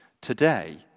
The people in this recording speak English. Today